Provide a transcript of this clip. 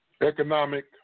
economic